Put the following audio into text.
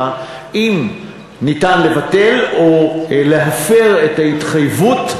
אם ניתן לבטל או להפר את ההתחייבות.